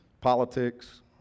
politics